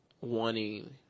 wanting